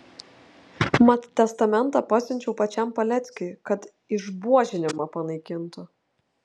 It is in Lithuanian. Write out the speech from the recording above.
mat testamentą pasiunčiau pačiam paleckiui kad išbuožinimą panaikintų